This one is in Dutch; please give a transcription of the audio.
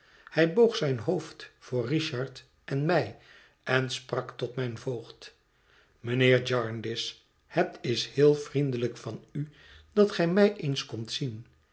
hij boog zijn hoofd voor richard en mij en sprak tot mijn voogd mijnheer jarndyce het is heel vriendelijk van u dat gij mij eens komt zien